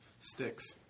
Sticks